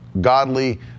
godly